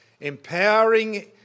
Empowering